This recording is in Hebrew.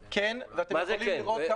כן, ואתם יכולים לראות --- מה זה כן?